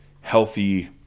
healthy